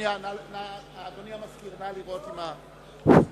אדוני המזכיר, נא לבדוק את המיקרופון.